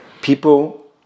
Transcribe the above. People